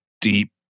deep